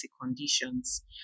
conditions